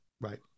right